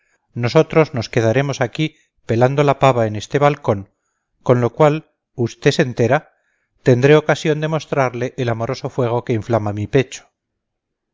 nosotros nos quedaremos aquí pelando la pava en este balcón con lo cual usté se entera tendré ocasión de mostrarle el amoroso fuego que inflama mi pecho